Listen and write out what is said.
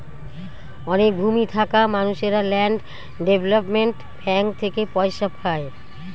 অনেক ভূমি থাকা মানুষেরা ল্যান্ড ডেভেলপমেন্ট ব্যাঙ্ক থেকে পয়সা পায়